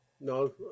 No